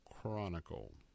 Chronicle